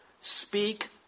speak